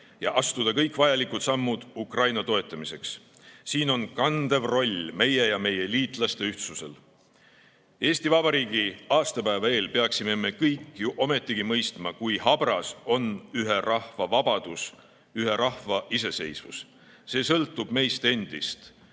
ja astuda kõik vajalikud sammud Ukraina toetamiseks. Siin on kandev roll meie ja meie liitlaste ühtsusel. Eesti Vabariigi aastapäeva eel peaksime me kõik ju ometigi mõistma, kui habras on ühe rahva vabadus, ühe rahva iseseisvus. See sõltub meist endist,